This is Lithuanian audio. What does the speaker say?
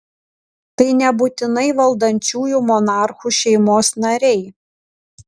tai nebūtinai valdančiųjų monarchų šeimos nariai